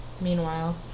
Meanwhile